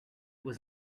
was